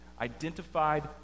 identified